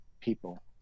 people